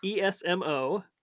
ESMO